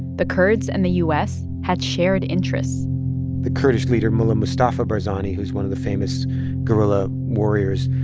the kurds and the u s. had shared interests the kurdish leader, mullah mustafa barzani, who's one of the famous guerilla warriors,